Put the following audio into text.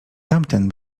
tamten